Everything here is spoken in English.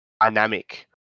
dynamic